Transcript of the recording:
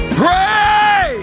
pray